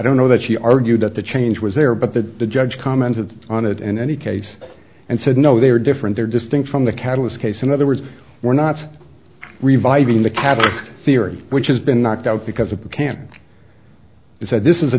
don't know that she argued that the change was there but that the judge commented on it in any case and said no they are different they're distinct from the catalyst case in other words we're not reviving the capital theory which has been knocked out because it can be said this is a